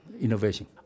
innovation